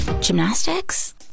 gymnastics